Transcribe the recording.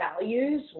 values